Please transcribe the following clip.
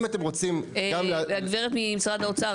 אם אתם רוצים --- הגברת ממשרד האוצר,